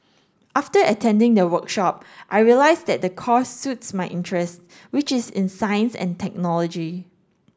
after attending the workshop I realised that the course suits my interest which is in science and technology